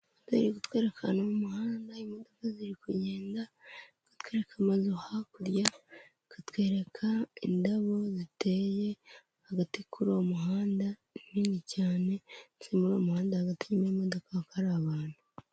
Iri kutwereka ahantu mu muhanda imodoka ziri kugenda, iri kutwereka amazu hakurya, ikatwereka indabo ziteye hagati kuri uwo muhanda, nini cyane, ndetse n'uwo muhanda hagati inyuma y'imodoka hakaba hari abantu.